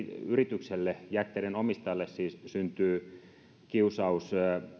yritykselle jätteiden omistajalle siis syntyy kiusaus